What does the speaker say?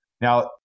Now